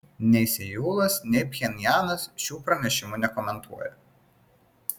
nei seulas nei pchenjanas šių pranešimų nekomentuoja